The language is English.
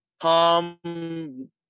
tom